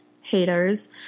haters